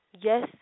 Yes